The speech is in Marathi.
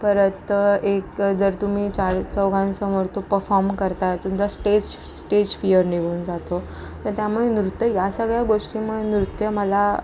परत एक जर तुम्ही चार चौघांसमोर तो परफॉम करता तुमचा स्टेज स्टेज फियर निघून जातो तर त्यामुळे नृत्य या सगळ्या गोष्टींमुळे नृत्य मला